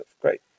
great